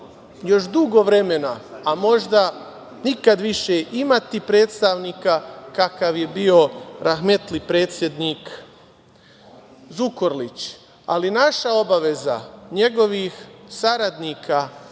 još dugo vremena, a možda i nikada više, imati predstavnika kakav je bio rahmetli predsednik Zukorlić. Ali, naša obaveza, njegovih saradnika,